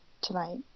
Tonight